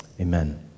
Amen